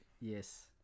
Yes